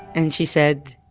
and she said,